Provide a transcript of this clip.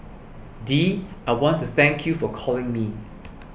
Dee I want to thank you for calling me